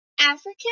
African